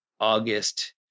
August